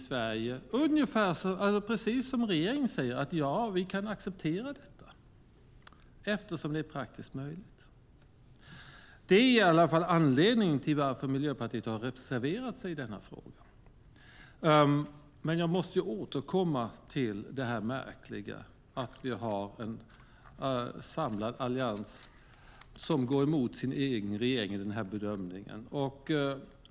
Sverige kan, precis som regeringen säger, acceptera systemet eftersom det är praktiskt möjligt. Det är anledningen till varför Miljöpartiet har reserverat sig i denna fråga. Men jag måste återkomma till det märkliga att vi har en samlad allians som går emot sin egen regering i bedömningen.